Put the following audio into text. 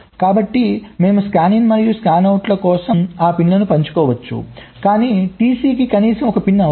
కాబట్టి మేము స్కానిన్ మరియు స్కానౌట్ కోసం ఆ పిన్లను పంచుకోవచ్చు కాని TC కి కనీసం ఒక పిన్ అవసరం